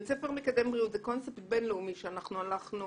בית ספר מקדם בריאות זה קונספט בינלאומי שאנחנו הלכנו